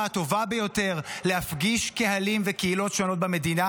הטובה ביותר להפגיש קהלים וקהילות שונות במדינה,